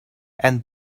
and